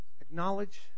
Acknowledge